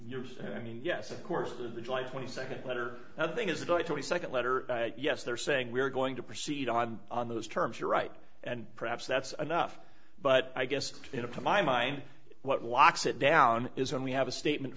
yours i mean yes of course the july twenty second letter now the thing is going to be second letter yes they're saying we're going to proceed on on those terms you're right and perhaps that's enough but i guess in upon my mind what locks it down is when we have a statement